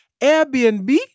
Airbnb